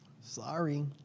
Sorry